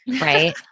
right